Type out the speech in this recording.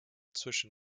zwischen